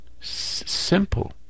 simple